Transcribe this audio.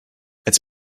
als